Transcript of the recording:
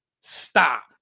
stop